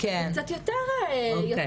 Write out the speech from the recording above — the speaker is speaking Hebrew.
זה קצת יותר אפשרי.